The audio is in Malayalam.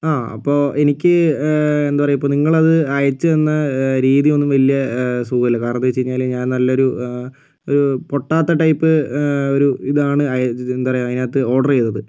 ആ അപ്പോൾ എനിക്ക് എന്താ പറയുക നിങ്ങൾ അത് അയച്ച് തന്ന രീതിയൊന്നും വലിയ സുഖമില്ല കാരണം എന്ന് വെച്ച് കഴിഞ്ഞാൽ ഞാൻ നല്ലൊരു ഒരു പൊട്ടാത്ത ടൈപ്പ് ഒരു ഇതാണ് എന്താ പറയുക അതിനകത്ത് ഓർഡർ ചെയ്തത്